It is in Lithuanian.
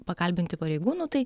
pakalbinti pareigūnų tai